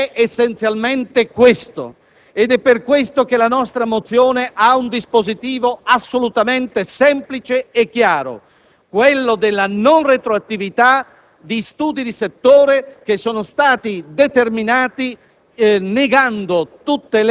Il tema, quindi, è essenzialmente questo e per tale motivo la nostra mozione ha un dispositivo assolutamente semplice e chiaro: la non retroattività di studi di settore che sono stati determinati